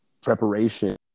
preparation